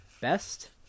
Best